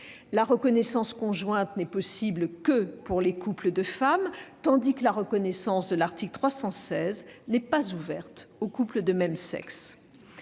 La reconnaissance conjointe n'est possible que pour les couples de femmes, tandis que la reconnaissance de l'article 316 n'est pas ouverte aux couples de même sexe.